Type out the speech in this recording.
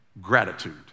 Gratitude